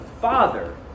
father